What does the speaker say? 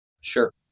Sure